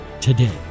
today